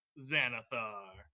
Xanathar